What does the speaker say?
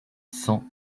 cent